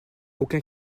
aucun